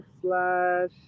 slash